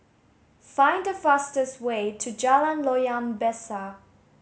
find the fastest way to Jalan Loyang Besar